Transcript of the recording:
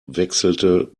wechselte